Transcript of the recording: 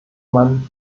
man